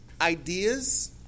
ideas